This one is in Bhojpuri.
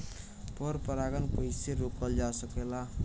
पर परागन कइसे रोकल जा सकेला?